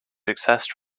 accessed